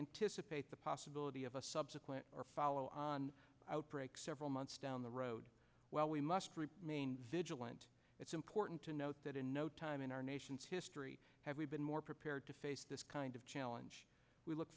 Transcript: anticipate the possibility of a subsequent or follow on outbreak several months down the road while we must remain vigilant it's important to note that in no time in our nation's history have we been more prepared to face this kind of challenge we look